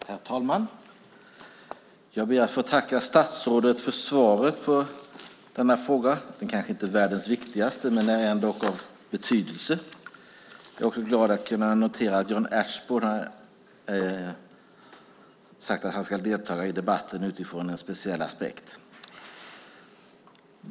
Herr talman! Jag ber att få tacka statsrådet för svaret på denna fråga. Den är kanske inte världens viktigaste, men den är ändock av betydelse. Jag noterar också med glädje att Jan Ertsborn har sagt att han ska delta i debatten utifrån en speciell aspekt.